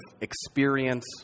experience